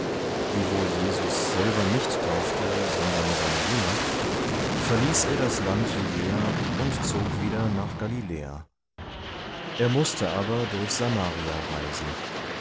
wiewohl jesus selber nicht taufte sondern seine jünger verließ er das land judäa und zog wieder nach galiläa er mußte aber durch samaria reisen